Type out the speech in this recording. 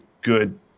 good